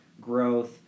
Growth